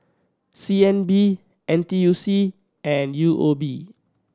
C N B N T U C and U O B